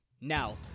Now